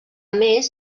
més